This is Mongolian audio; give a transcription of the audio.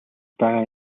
байгаа